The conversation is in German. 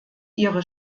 ihre